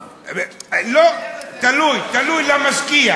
אולי שתי האופציות